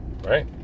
right